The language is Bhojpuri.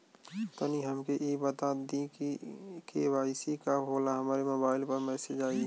तनि हमके इ बता दीं की के.वाइ.सी का होला हमरे मोबाइल पर मैसेज आई?